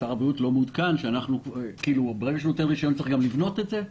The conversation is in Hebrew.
שר הבריאות לא מעודכן שברגע שהוא נותן רישיון צריך גם לבנות את זה,